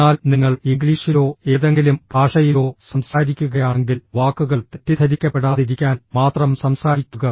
എന്നാൽ നിങ്ങൾ ഇംഗ്ലീഷിലോ ഏതെങ്കിലും ഭാഷയിലോ സംസാരിക്കുകയാണെങ്കിൽ വാക്കുകൾ തെറ്റിദ്ധരിക്കപ്പെടാതിരിക്കാൻ മാത്രം സംസാരിക്കുക